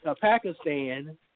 Pakistan